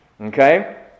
Okay